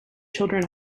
children